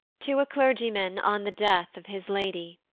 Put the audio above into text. to a clergyman on the death of his lady.